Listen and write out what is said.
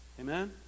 Amen